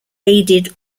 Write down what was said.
aided